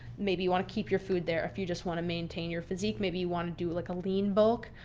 maybe you want to keep your food there. if you just want to maintain your physique. maybe you want to do like a lean book,